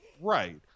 right